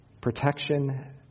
protection